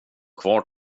kvar